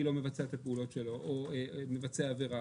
לא מבצע את הפעולות שלו או מבצע עבירה,